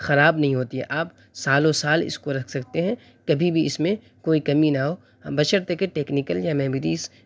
خراب نہیں ہوتی ہے آپ سالوں سال اس کو رکھ سکتے ہیں کبھی بھی اس میں کوئی کمی نہ ہو بشرطیکہ ٹیکنیکل یا میمریز